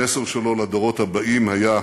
המסר שלו לדורות הבאים היה: